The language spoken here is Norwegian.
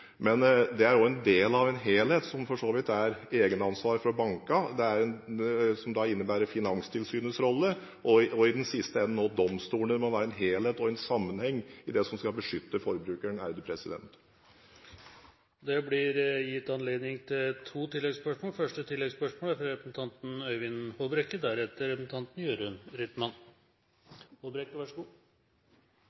Men det er også en del av en helhet – som for så vidt er egenansvaret til bankene – som innebærer Finanstilsynets rolle, og til sist domstolene. Det må være en helhet og en sammenheng i det som skal beskytte forbrukerne. Det blir gitt anledning til to oppfølgingsspørsmål – først Øyvind Håbrekke. Jeg er